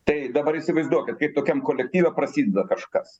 tai dabar įsivaizduokit kaip tokiam kolektyve prasideda kažkas